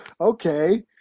okay